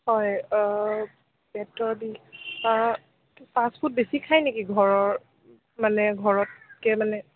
হয় পেটৰ বিষ ফাষ্টফুড বেছি খায় নেকি ঘৰৰ মানে ঘৰতকৈ মানে